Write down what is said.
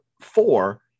four